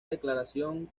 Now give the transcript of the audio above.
declaración